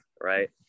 right